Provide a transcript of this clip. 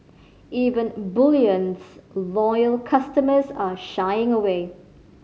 even bullion's loyal customers are shying away